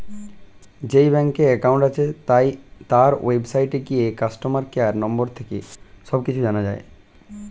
যেই ব্যাংকে অ্যাকাউন্ট আছে, তার ওয়েবসাইটে গিয়ে কাস্টমার কেয়ার নম্বর থেকে সব কিছু জানা যায়